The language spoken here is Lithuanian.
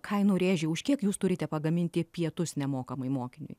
kainų rėžiai už kiek jūs turite pagaminti pietus nemokamai mokiniui